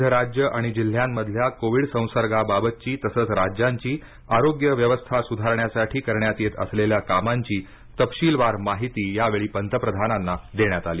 विविध राज्यं आणि जिल्ह्यांमधल्या कोविड संसर्गाबाबतची तसंच राज्यांची आरोग्यव्यवस्था सुधारण्यासाठी करण्यात येत असलेल्या कामांची तपशीलवार माहिती यावेळी पंतप्रधानांना देण्यात आली